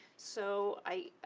so i,